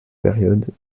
période